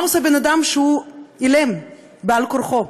מה עושה אדם שהוא אילם בעל כורחו?